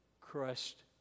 crushed